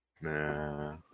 Nah